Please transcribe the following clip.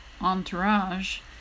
entourage